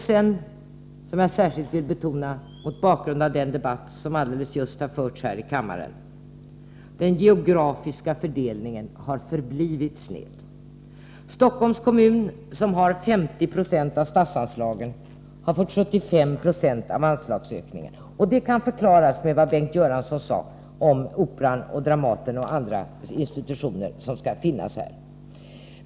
Något som jag särskilt vill betona mot bakgrund av den debatt som just har förts här i kammaren är att den geografiska fördelningen har förblivit sned. Stockholms kommun, som har 50 96 av statsanslagen, har fått 75 Io av anslagsökningen. Det kan förklaras av vad Bengt Göransson sade om Operan, Dramaten och andra institutioner, som skall finnas här.